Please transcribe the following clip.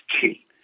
key